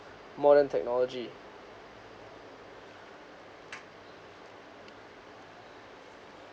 modern technology